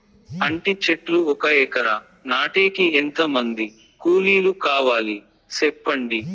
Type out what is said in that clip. అంటి చెట్లు ఒక ఎకరా నాటేకి ఎంత మంది కూలీలు కావాలి? సెప్పండి?